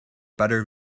better